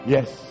Yes